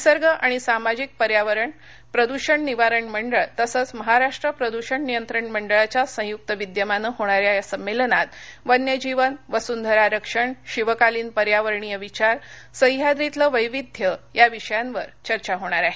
निसर्ग आणि सामाजिक पर्यावरण प्रदूषण निवारण मंडळ तसंच महाराष्ट् प्रदृषण नियंत्रण मंडळाच्या संयुक्त विद्यमाने होणाऱ्या या संमेलनात वन्यजीवन वसुधरा रक्षण शिवकालीन पर्यावरणीय विचार सह्याद्रीतलं वैविध्य या विषयांवर चर्चा होणार आहे